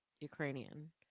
Ukrainian